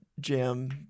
jam